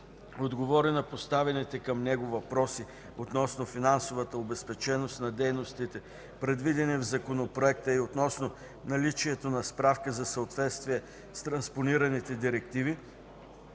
отговори на поставените към него въпроси относно финансовата обезпеченост на дейностите, предвидени в Законопроекта и относно наличието на справка за съответствието с транспонираните директиви,